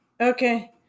okay